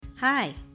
Hi